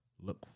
look